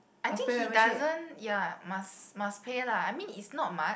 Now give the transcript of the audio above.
I think he doesn't ya must must pay lah I mean it's not much